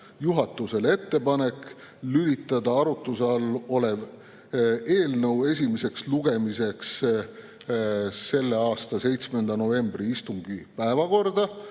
juhatusele ettepanek lülitada arutuse all olev eelnõu esimeseks lugemiseks selle aasta 7. novembri istungi päevakorda